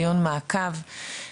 דיון מעקב.